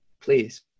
please